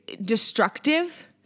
destructive